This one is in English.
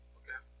okay